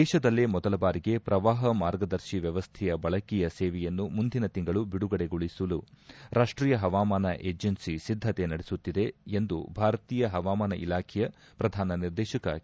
ದೇಶದಲ್ಲೇ ಮೊದಲ ಬಾರಿಗೆ ಪ್ರವಾಹ ಮಾರ್ಗದರ್ಶಿ ವ್ಯವಸ್ಥೆಯ ಬಳಕೆಯ ಸೇವೆಯನ್ನು ಮುಂದಿನ ತಿಂಗಳು ಬಿಡುಗಡೆಗೊಳಿಸಲು ರಾಷ್ಟೀಯ ಹವಾಮಾನ ಏಜೆನ್ಸ್ ಸಿದ್ದತೆ ನಡೆಸುತ್ತಿದೆ ಎಂದು ಭಾರತೀಯ ಹವಾಮಾನ ಇಲಾಖೆಯ ಪ್ರಧಾನ ನಿರ್ದೇಶಕ ಕೆ